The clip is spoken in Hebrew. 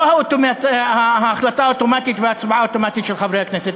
לא ההחלטה האוטומטית וההצבעה האוטומטית של חברי הכנסת.